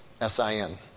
S-I-N